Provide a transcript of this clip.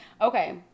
Okay